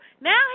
now